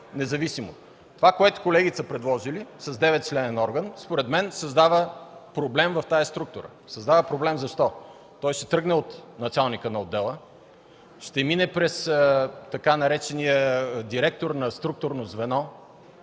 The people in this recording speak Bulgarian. независимо. Това, което колегите са предложили, с 9-членен орган според мен създава проблем в тази структура. Създава проблем защо? Той ще тръгне от началника на отдела, ще мине през така наречения „директор на структурно звено”,